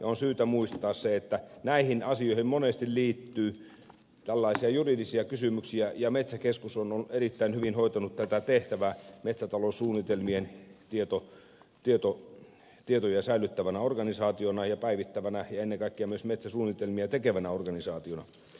on syytä muistaa se että näihin asioihin monesti liittyy juridisia kysymyksiä ja metsäkeskus on erittäin hyvin hoitanut tätä tehtävää metsätaloussuunnitelmien tietoja säilyttävänä organisaationa ja päivittävänä ja ennen kaikkea myös metsäsuunnitelmia tekevänä organisaationa